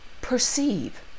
perceive